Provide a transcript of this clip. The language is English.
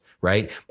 right